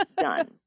done